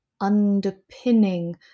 underpinning